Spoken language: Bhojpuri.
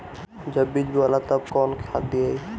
जब बीज बोवाला तब कौन खाद दियाई?